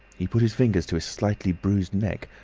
he put his fingers to his slightly bruised neck.